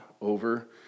over